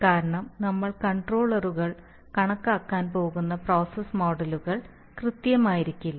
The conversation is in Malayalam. കാരണം നമ്മൾ കൺട്രോളറുകൾ കണക്കാക്കാൻ പോകുന്ന പ്രോസസ്സ് മോഡലുകൾ കൃത്യമായിരിക്കില്ല